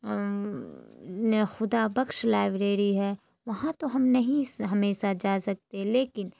نے خدا بخش لائبریری ہے وہاں تو ہم نہیں ہمیشہ جا سکتے لیکن